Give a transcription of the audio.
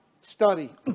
study